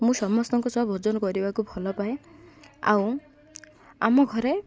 ମୁଁ ସମସ୍ତଙ୍କ ସହ ଭୋଜନ କରିବାକୁ ଭଲ ପାାଏ ଆଉ ଆମ ଘରେ